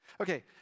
Okay